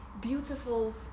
beautiful